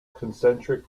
concentric